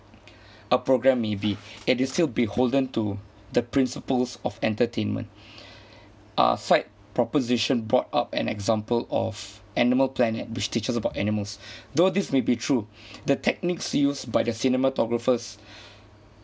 a programme may be it is still beholden to the principles of entertainment uh side proposition brought up an example of animal planet which teaches about animals though this may be true the techniques used by the cinematographers